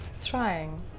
trying